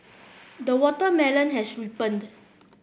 the watermelon has ripened